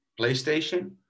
PlayStation